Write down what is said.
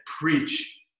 preach